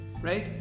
right